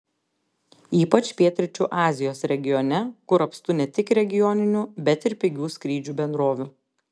ypač pietryčių azijos regione kur apstu ne tik regioninių bet ir pigių skrydžių bendrovių